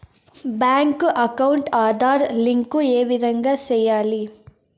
Bank account Aadhaar link ఏ విధంగా సెయ్యాలి?